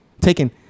taken